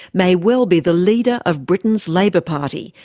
may well be the leader of britain's labour party,